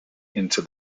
into